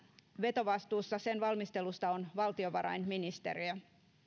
vetovastuussa sen valmistelusta on valtiovarainministeriö